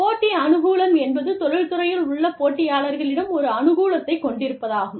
போட்டி அனுகூலம் என்பது தொழில்துறையில் உள்ள போட்டியாளர்களிடம் ஒரு அனுகூலத்தை கொண்டிருப்பதாகும்